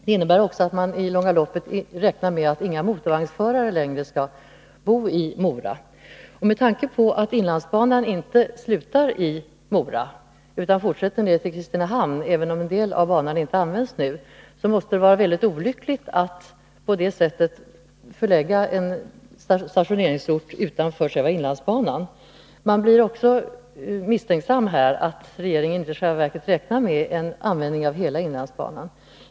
Det innebär också att man i det långa loppet räknar med att inga motorvagnsförare längre skall bo i Mora. Med tanke på att inlandsbanan inte slutar i Mora utan fortsätter ned till Kristinehamn, även om en del av banan inte används nu, så måste det vara väldigt olyckligt att på det sättet stationera motorvagnarna utanför själva inlandsbanan. Man får här också misstanken att regeringen i själva verket inte räknar med en användning av hela inlandsbanan.